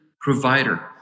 provider